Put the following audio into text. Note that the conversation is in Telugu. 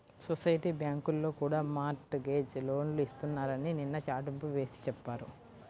సొసైటీ బ్యాంకుల్లో కూడా మార్ట్ గేజ్ లోన్లు ఇస్తున్నారని నిన్న చాటింపు వేసి చెప్పారు